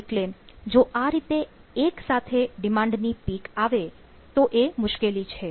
એટલે જો આ રીતે એક સાથે ડિમાન્ડની પીક આવે તો એ મુશ્કેલી છે